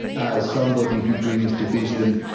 as somebody who brings division,